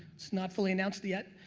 it's not fully announced yet,